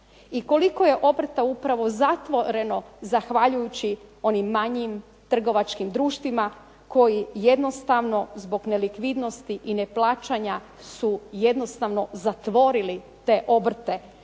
I koliko je obrta upravo zatvoreno zahvaljujući onim manjim trgovačkim društvima koji jednostavno zbog nelikvidnosti i neplaćanja su jednostavno zatvorili te obrte,